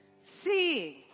seeing